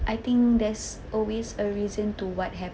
I think there's always a reason to what